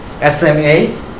S-M-A